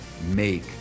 make